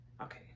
okay